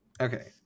Okay